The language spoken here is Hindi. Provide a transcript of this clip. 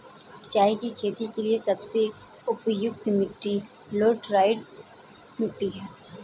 चाय की खेती के लिए सबसे उपयुक्त मिट्टी लैटराइट मिट्टी है